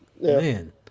man